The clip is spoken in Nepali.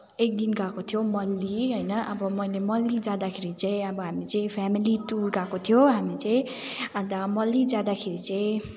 एकदिन गएको थियो मल्ली होइन अब मैले मल्ली जाँदाखेरि चाहिँ अब हामी चाहिँ फ्यामिली टुर गएको थियो हामी चाहिँ अन्त मल्ली जाँदाखेरि चाहिँ